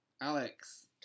Alex